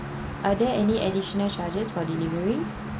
are there any additional charges for delivery